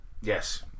yes